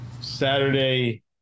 Saturday